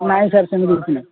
ନାଇଁ ସାର୍ ସେମିତି କିଛି ନାହିଁ